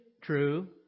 true